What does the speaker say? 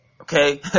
okay